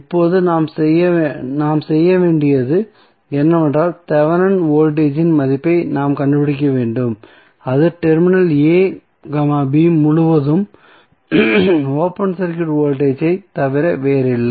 இப்போது நாம் செய்ய வேண்டியது என்னவென்றால் தெவெனின் வோல்டேஜ் இன் மதிப்பை நாம் கண்டுபிடிக்க வேண்டும் அது டெர்மினல் a b முழுவதும் ஓபன் சர்க்யூட் வோல்டேஜ் ஐத் தவிர வேறில்லை